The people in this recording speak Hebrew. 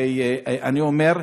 ואני אומר,